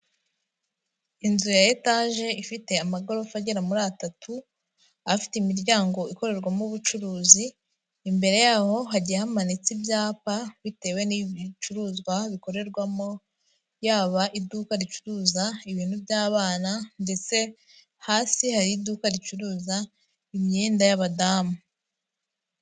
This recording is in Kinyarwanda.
Inzu ya etaje ifite amagorofa agera muri atatu, afite imiryango ikorerwamo ubucuruzi, imbere y'aho hagiye hamanitse ibyapa bitewe n'ibicuruzwa bikorerwamo, yaba iduka ricuruza ibintu by'abana ndetse hasi hari iduka ricuruza imyenda y'abadamu.